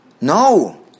No